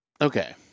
Okay